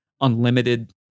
unlimited